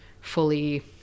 fully